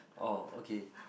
oh okay